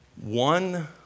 one